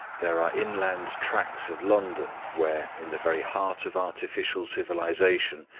there are inland tracts of london where, in the very heart of artificial civilization,